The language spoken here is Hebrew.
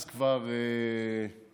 אז כבר נבהלתי,